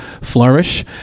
flourish